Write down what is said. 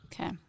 Okay